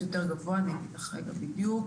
אגיד לך בדיוק,